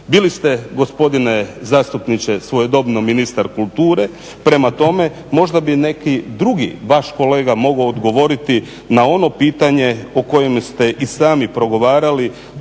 Bili ste gospodine zastupniče svojedobno ministar kulture, prema tome, možda bi neki drugi vaš kolega mogao odgovoriti na ono pitanje o kojem ste i sami progovarali